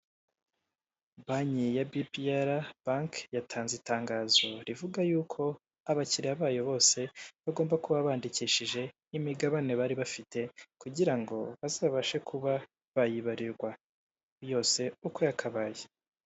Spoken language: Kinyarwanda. Banki ya bi pi ara banki, yatanze itangazo rivuga yuko abakiriya bayo bose bagomba kuba bandikishije imigabane bari bafite, kugira ngo bazabashe kuba bayibarirwa yose uko yakabaye.